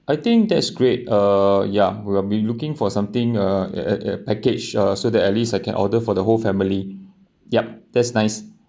I think that's great uh ya where I'll be looking for something uh a~ a package so that at least I can order for the whole family yup that's nice